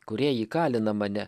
kurie įkalina mane